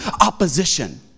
opposition